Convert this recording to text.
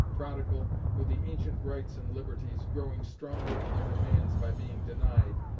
prodigal, with the ancient rights and liberties, growing stronger in their demands by being denied,